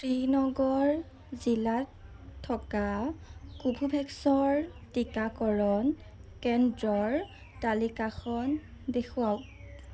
শ্ৰীনগৰ জিলাত থকা কোভোভেক্সৰ টীকাকৰণ কেন্দ্ৰৰ তালিকাখন দেখুৱাওক